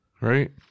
Right